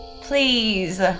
Please